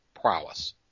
prowess